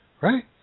right